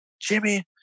Jimmy